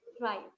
Right